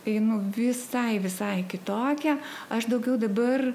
einu visai visai kitokia aš daugiau dabar